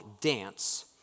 dance